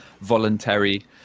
voluntary